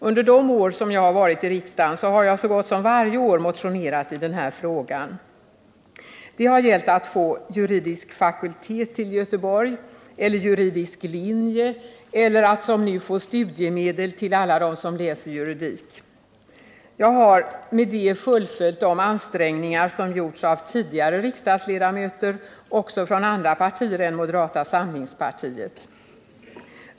Under de år jag varit i riksdagen har jag så gott som varje år motionerat i den här frågan. Det har gällt att få juridisk fakultet till Göteborg eller juridisk linje eller att, som nu, få studiemedel till alla dem som läser juridik. Jag har med det fullföljt de ansträngningar som gjorts av tidigare riksdagsledamöter också från andra partier än moderata samlingspartiet.